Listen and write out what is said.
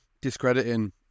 discrediting